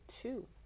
two